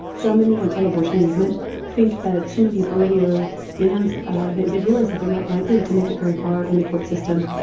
some in the anti-abortion movement think that some of these earlier bans they they realize that they're not likely to make it very far in the court system.